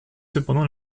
cependant